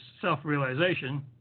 self-realization